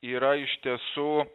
yra iš tiesų